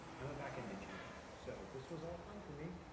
i'm a back end engineer, so this was all fun for me.